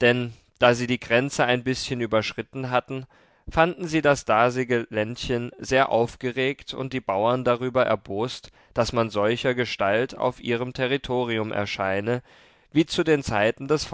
denn da sie die grenze ein bißchen überschritten hatten fanden sie das dasige ländchen sehr aufgeregt und die bauern darüber erbost daß man solchergestalt auf ihrem territorium erscheine wie zu den zeiten des